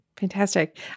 Fantastic